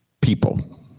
people